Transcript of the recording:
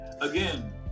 again